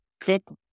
Cook